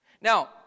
Now